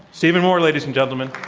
stephen moore, ladies and gentlemen.